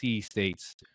states